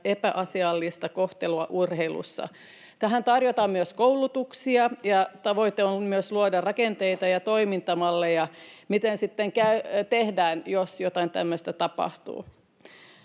epäasiallista kohtelua urheilussa. Tähän tarjotaan myös koulutuksia, ja tavoite on myös luoda rakenteita ja toimintamalleja siihen, mitä sitten tehdään, jos jotain tämmöistä tapahtuu.